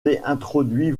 introduit